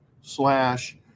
slash